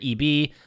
EB